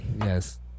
yes